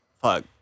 fuck